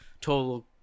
total